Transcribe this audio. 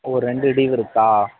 ஒரு ரெண்டு ட்டுயூவ் இருக்கா